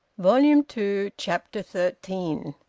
volume two, chapter thirteen.